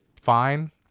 fine